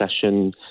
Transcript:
session